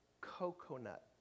coconut